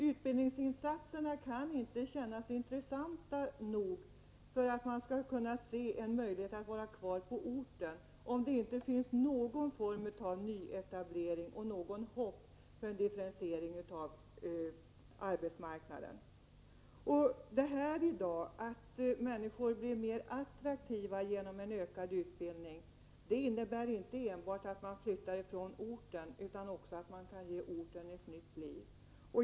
Utbildningsinsatserna kan inte kännas intressanta nog som en möjlighet att vara kvar på orten om det inte finns någon form av nyetablering och ett hopp om en differentiering av arbetsmarknaden. Att människorna i dag blir mer attraktiva genom en ökad utbildning innebär inte enbart en risk för att de flyttar från orten, utan det kan ge orten ett nytt liv.